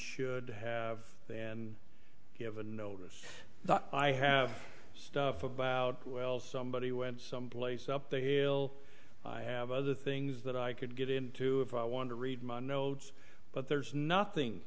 should be given notice that i have stuff about well somebody went someplace up the hill i have other things that i could get into if i want to read my notes but there's nothing